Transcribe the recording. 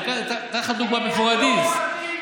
נתתי לך דוגמה בפוריידיס,